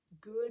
good